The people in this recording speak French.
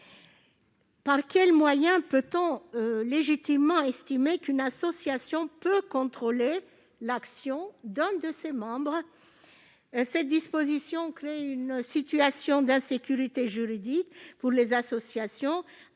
représentants. Peut-on légitimement estimer qu'une association a les moyens de contrôler l'action de ses membres ? Cette disposition crée une situation d'insécurité juridique pour les associations,